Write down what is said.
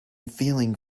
feeling